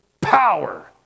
power